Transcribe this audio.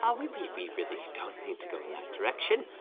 ah we but we really don't need to go in that direction.